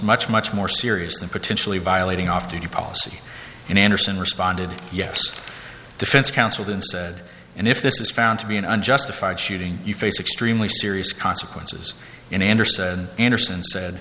much much more serious than potentially violating off the policy in anderson responded yes defense counsel then said and if this is found to be an unjustified shooting you face extremely serious consequences in anderson anderson